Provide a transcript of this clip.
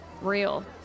real